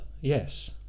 yes